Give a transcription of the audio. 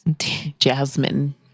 jasmine